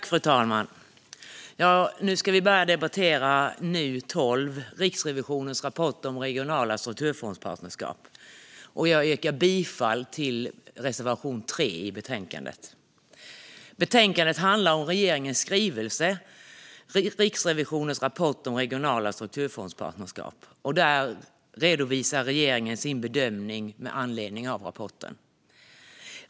Fru talman! Nu ska vi debattera 2020/21:NU12 Riksrevisionens rap port om regionala strukturfondspartnerskap . Jag yrkar bifall till reservation 3 i betänkandet. Betänkandet handlar om regeringens skrivelse Riksrevisionens rapport om regionala strukturfondspartnerskap . Där redovisar regeringen sin bedömning med anledning av rapporten.